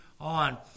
on